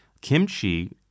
Kimchi